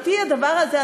אותי הדבר הזה,